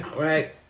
Right